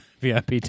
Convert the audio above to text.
VIP